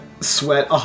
sweat